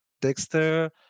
Dexter